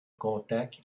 contact